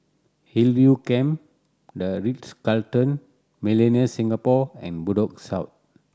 Hillview Camp The Ritz Carlton Millenia Singapore and Bedok South